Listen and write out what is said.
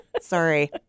Sorry